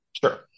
Sure